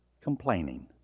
complaining